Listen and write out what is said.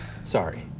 sorry.